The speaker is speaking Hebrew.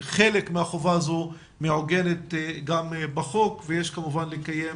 חלק מהחובה הזו מעוגנת בחוק ויש כמובן לקיים